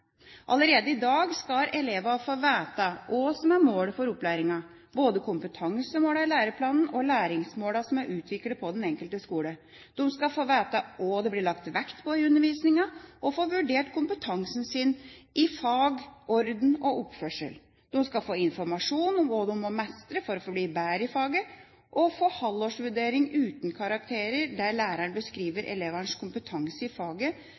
Allerede i dag skal elevene få vite hva som er målene for opplæringen, både kompetansemålene i læreplanene og læringsmål som er utviklet på den enkelte skole. De skal få vite hva det blir lagt vekt på i undervisningen, og få vurdert kompetansen sin i fag, orden og oppførsel. De skal få informasjon om hva de må mestre for å bli bedre i faget, og få halvårsvurdering uten karakterer der læreren beskriver elevens kompetanse i